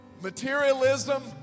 materialism